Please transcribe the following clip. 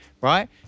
right